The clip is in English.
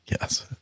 Yes